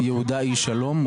יהודה איש שלום,